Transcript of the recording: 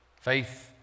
Faith